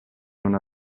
una